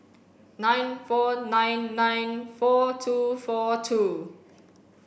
nine four nine nine four two four two